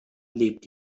lebt